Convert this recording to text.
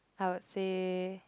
I would say